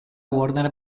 warner